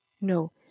No